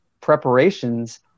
preparations